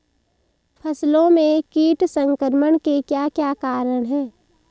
फसलों में कीट संक्रमण के क्या क्या कारण है?